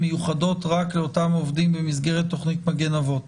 מיוחדות רק לאותם עובדים במסגרת תוכנית "מגן אבות",